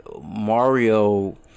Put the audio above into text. Mario